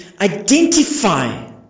identify